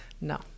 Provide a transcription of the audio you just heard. no